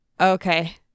Okay